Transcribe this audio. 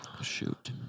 Shoot